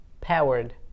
powered